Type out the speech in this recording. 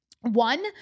One